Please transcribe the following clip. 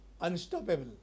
unstoppable